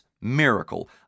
miracle